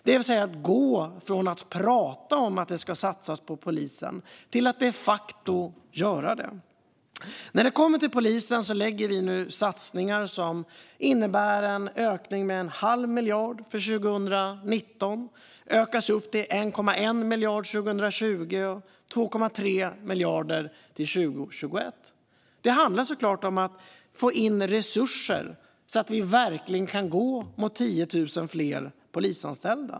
Det handlar om att gå från att prata om att det ska satsas på polisen till att de facto göra det. När det kommer till polisen lägger vi nu fram satsningar som innebär en ökning med en halv miljard för 2019. Det ökas upp till 1,1 miljard 2020 och 2,3 miljarder till 2021. Det handlar såklart om att få in resurser så att vi verkligen kan gå mot 10 000 fler polisanställda.